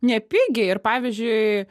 nepigiai ir pavyzdžiui